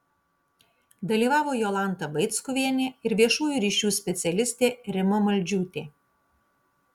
dalyvavo jolanta vaickuvienė ir viešųjų ryšių specialistė rima maldžiūtė